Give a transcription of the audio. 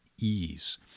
ease